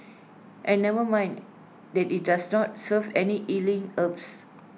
and never mind that IT does not serve any healing herbs